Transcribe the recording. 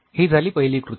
ही झाली पाहिली कृती